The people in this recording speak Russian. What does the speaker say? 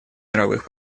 мировых